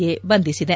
A ಬಂಧಿಸಿದೆ